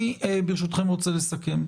אני ברשותכם רוצה לסכם.